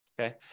Okay